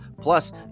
Plus